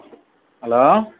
hello